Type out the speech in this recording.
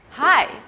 Hi